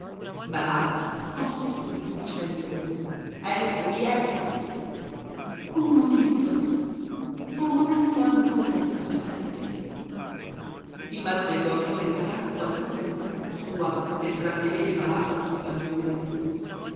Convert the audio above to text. barabba corse subito dicendo eccomi eccomi un momento un momento ancora don giuseppe il baronello avrebbe pagato qualcosa di tasca sua per trattenere barabba sul balcone